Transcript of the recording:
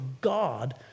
God